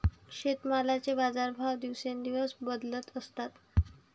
शेतीमालाचे बाजारभाव दिवसेंदिवस बदलत असतात